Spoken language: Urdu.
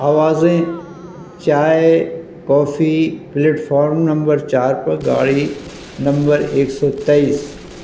آوازیں چائے کافی پلیٹ فارم نمبر چار پر گاڑی نمبر ایک سو تیئیس